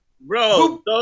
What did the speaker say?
Bro